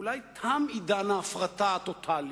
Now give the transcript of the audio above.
אולי תם עידן ההפרטה הטוטלי,